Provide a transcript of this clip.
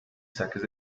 saques